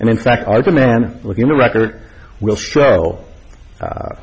and in fact i was a man looking the record will show